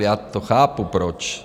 Já to chápu proč.